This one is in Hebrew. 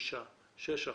שש אחיות.